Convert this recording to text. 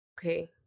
okay